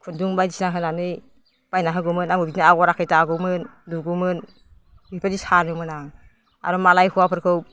खुन्दुं बायदिसिना होनानै बायना होगौमोन आंबो बिदिनो आग'र आखाइ दागौमोन लुगौमोन बिबायदि सानोमोन आं आरो मालाय हौवाफोरखौ